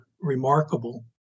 remarkable